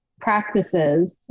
practices